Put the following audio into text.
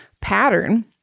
pattern